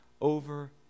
over